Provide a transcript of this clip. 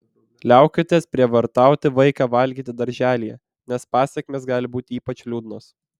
liaukitės prievartauti vaiką valgyti darželyje nes pasekmės gali būti ypač liūdnos